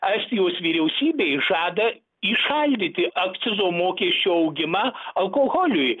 estijos vyriausybė žada įšaldyti akcizo mokesčio augimą alkoholiui